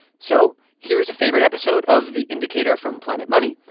so here's a favorite episode of the indicator from planet money.